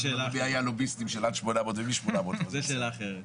זו שאלה אחרת.